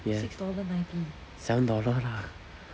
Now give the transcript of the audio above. yes seven dollar lah